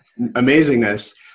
amazingness